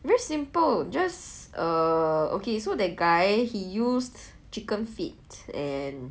very simple just uh okay so the guy he used chicken feet and